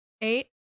eight